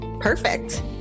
Perfect